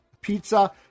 pizza